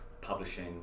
publishing